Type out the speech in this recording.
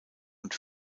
und